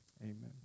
Amen